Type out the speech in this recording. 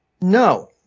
No